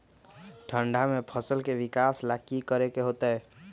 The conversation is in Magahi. ठंडा में फसल के विकास ला की करे के होतै?